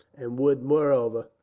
and would, moreover,